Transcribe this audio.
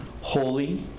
holy